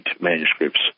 manuscripts